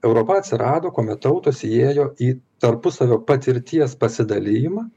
europa atsirado kuomet tautos įėjo į tarpusavio patirties pasidalijimą